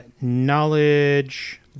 knowledge